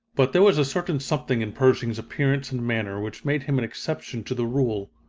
but there was a certain something in pershing's appearance and manner which made him an exception to the rule.